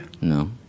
No